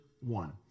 one